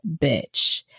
bitch